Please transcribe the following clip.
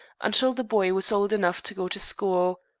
until the boy was old enough to go to school.